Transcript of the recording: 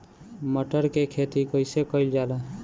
मटर के खेती कइसे कइल जाला?